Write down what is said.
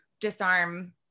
disarm